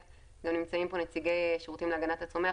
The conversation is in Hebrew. נמצאים פה גם נציגי השירותים להגנת הצומח,